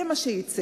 זה מה שיצא.